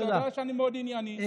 אתה יודע שאני מאוד ענייני,